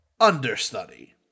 understudy